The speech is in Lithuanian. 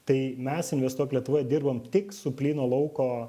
tai mes investuok lietuvoj dirbam tik su plyno lauko